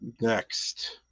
next